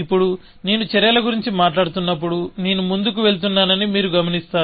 ఇప్పుడు నేను చర్యల గురించి మాట్లాడుతున్నప్పుడు నేను ముందుకు వెళుతున్నానని మీరు గమనిస్తారు